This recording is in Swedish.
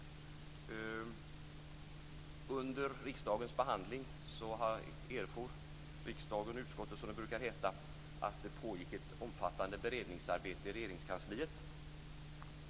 Under riksdagens behandling erfor riksdagen och utskottet, som det brukar heta, att det pågick ett omfattande beredningsarbete i Regeringskansliet.